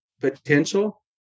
potential